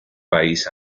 país